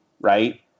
right